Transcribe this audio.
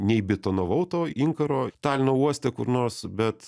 neįbetonavau to inkaro talino uoste kur nors bet